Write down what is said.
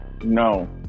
No